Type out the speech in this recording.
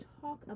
talk